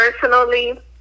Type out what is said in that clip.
personally